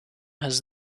has